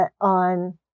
on